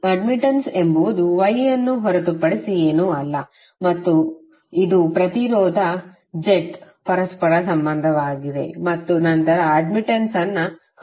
admittance ಎಂಬುದು Y ಅನ್ನು ಹೊರತುಪಡಿಸಿ ಏನೂ ಅಲ್ಲ ಮತ್ತು ಇದು ಪ್ರತಿರೋಧ ಜೆಟ್ನ ಪರಸ್ಪರ ಸಂಬಂಧವಾಗಿದೆ ಮತ್ತು ನಂತರ ಅಡ್ಮಿಟ್ಟನ್ಸ್ ಅನ್ನು ಕಂಡುಹಿಡಿಯಬಹುದು